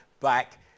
back